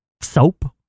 Soap